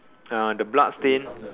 uh the blood stain